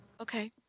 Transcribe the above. Okay